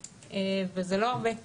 וזה לא הרבה,